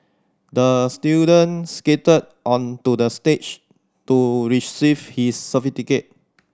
the student skated onto the stage to receive his certificate